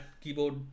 keyboard